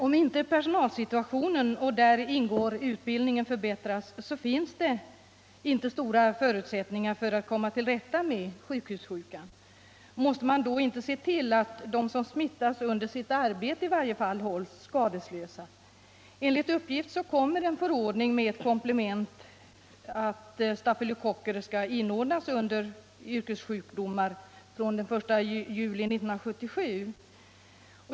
Om inte personalsituationen — och däri ingår utbildningen — förbättras finns det inte stora förutsättningar för att komma till rätta med sjukhussjukan. Måste man då inte se till att i varje fall de som smittas under sitt arbete hålls skadeslösa? Enligt uppgift kommer en förordning med ett komplement om att stafylokocker skall inordnas under yrkessjukdomar från den 1 juli 1977.